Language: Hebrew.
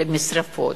למשרפות,